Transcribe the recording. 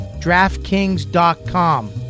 DraftKings.com